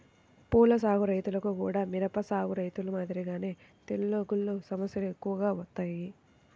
పూల సాగు రైతులకు గూడా మిరప సాగు రైతులు మాదిరిగానే తెగుల్ల సమస్యలు ఎక్కువగా వత్తాయి